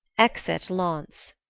exit launce